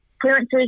clearances